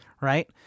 Right